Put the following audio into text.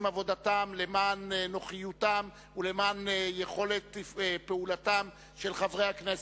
עבודתם למען נוחיותם ולמען יכולת פעולתם של חברי הכנסת,